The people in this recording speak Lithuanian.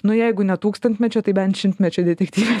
nu jeigu ne tūkstantmečio tai bent šimtmečio detektyve